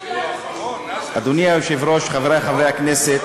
אדוני היושב-ראש, חברי חברי הכנסת,